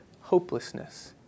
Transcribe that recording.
hopelessness